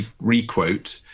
re-quote